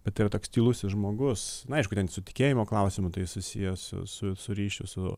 bet tai yra toks tylusis žmogus na aišku ten su tikėjimo klausimu tai susiję su su su ryšiu su